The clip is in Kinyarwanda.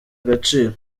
agaciro